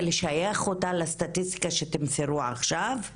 לשייך אותה לסטטיסטיקה שתמסרו עכשיו,